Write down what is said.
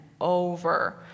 over